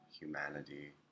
humanity